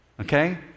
okay